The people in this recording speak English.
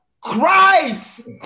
Christ